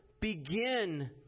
begin